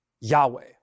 Yahweh